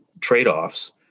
trade-offs